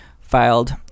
filed